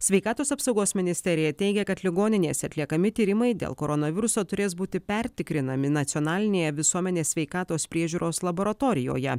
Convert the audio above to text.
sveikatos apsaugos ministerija teigė kad ligoninėse atliekami tyrimai dėl koronaviruso turės būti pertikrinami nacionalinėje visuomenės sveikatos priežiūros laboratorijoje